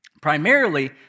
Primarily